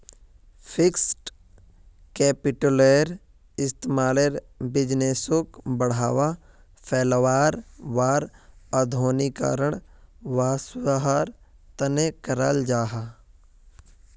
fixed कैपिटलेर इस्तेमाल बिज़नेसोक बढ़ावा, फैलावार आर आधुनिकीकरण वागैरहर तने कराल जाहा